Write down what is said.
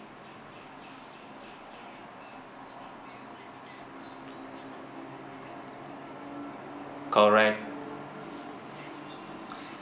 correct